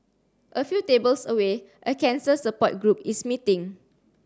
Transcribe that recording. a few tables away a cancer support group is meeting